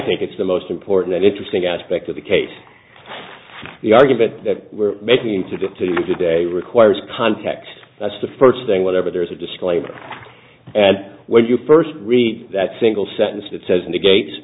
think it's the most important and interesting aspect of the case the argument that we're making to do it to you today requires context that's the first thing whatever there's a disclaimer when you first read that single sentence that says negates